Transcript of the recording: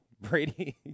Brady